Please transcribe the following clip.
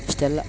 ಇಷ್ಟೆಲ್ಲ